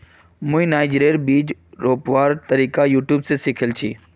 मुई नाइजरेर बीजक रोपवार तरीका यूट्यूब स सीखिल छि